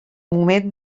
moment